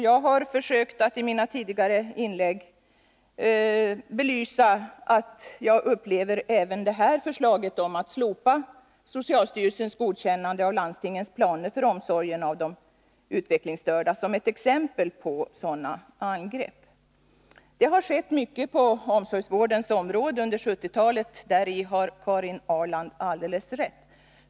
Jag har försökt att i mina tidigare inlägg belysa, att jag upplever även förslaget om att slopa socialstyrelsens godkännande av landstingens planer för omsorgen om de utvecklingsstörda som ett exempel på sådana Det har skett mycket på omsorgsvårdens område under 1970-talet, därihar Nr 41 Karin Ahrland alldeles rätt.